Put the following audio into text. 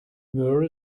where